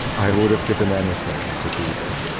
i would have given anything to be there,